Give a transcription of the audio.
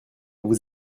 vous